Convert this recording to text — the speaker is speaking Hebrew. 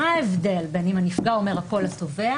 מה ההבדל בין אם הנפגע אומר הכול לתובע